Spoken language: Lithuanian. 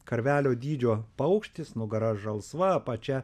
karvelio dydžio paukštis nugara žalsva apačia